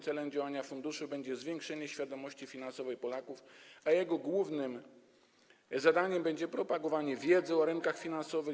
Celem działania funduszu będzie zwiększenie świadomości finansowej Polaków, a jego głównym zadaniem będzie propagowanie wiedzy o rynkach finansowych.